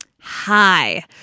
Hi